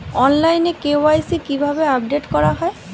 অনলাইনে কে.ওয়াই.সি কিভাবে আপডেট করা হয়?